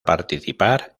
participar